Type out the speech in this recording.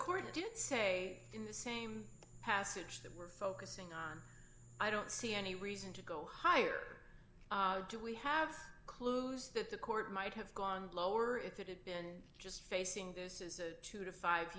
court did say in the same passage that we're focusing on i don't see any reason to go higher do we have clues that the court might have gone lower or if it is just facing this is a two to five